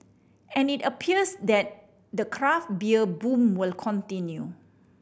and it appears that the craft beer boom will continue